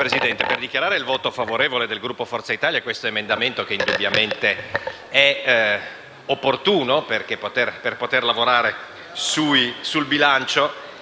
per dichiarare il voto favorevole del Gruppo Forza Italia su questo emendamento, che indubbiamente è opportuno. Per poter lavorare sul bilancio,